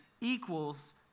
equals